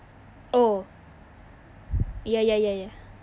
oh ya ya ya ya